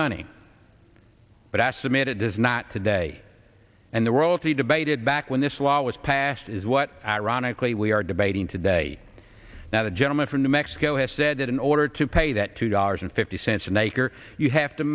money but i submit it does not today and the world to be debated back when this law was passed is what ironically we are debating today now the gentleman from new mexico has said that in order to pay that two dollars and fifty cents an acre you have to